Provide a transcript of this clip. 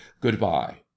Goodbye